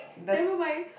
never mind